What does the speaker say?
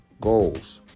goals